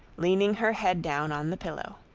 leaning her head down on the pillow.